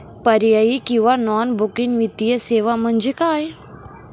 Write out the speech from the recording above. पर्यायी किंवा non banking वित्तीय सेवा म्हणजे काय?